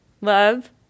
love